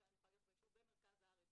למשל אני יכולה להגיד, ביישוב במרכז הארץ